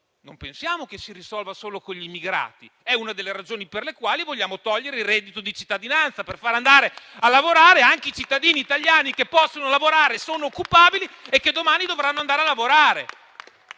non pensiamo che si risolva solo con gli immigrati. È una delle ragioni per le quali vogliamo togliere il reddito di cittadinanza, per far andare a lavorare anche i cittadini italiani che possono farlo, che sono occupabili e che domani dovranno andare a lavorare.